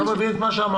לא מבין את מה שאמרת.